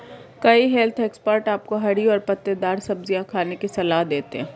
कई health expert आपको हरी और पत्तेदार सब्जियां खाने की सलाह देते हैं